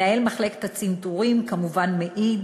כמובן, מנהל מחלקת הצנתורים מעיד